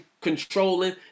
controlling